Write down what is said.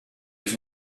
was